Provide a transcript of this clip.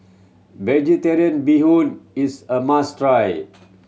Vegetarian Bee Hoon is a must try